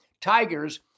Tigers